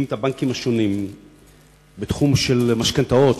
את הבנקים השונים בתחום של משכנתאות,